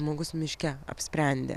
žmogus miške apsprendė